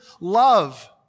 love